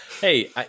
Hey